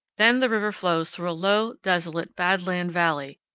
then the river flows through a low, desolate, bad-land valley,